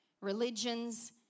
religions